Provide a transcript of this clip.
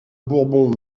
bourbon